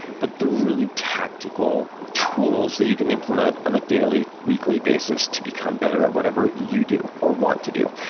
but the really tactical tools that you can implement on a daily, weekly basis to become better at what you do or want to do.